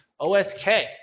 OSK